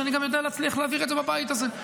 שאני גם יודע להצליח להעביר את זה בבית הזה.